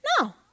No